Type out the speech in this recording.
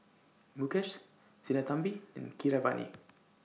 Mukesh Sinnathamby and Keeravani